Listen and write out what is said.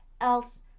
else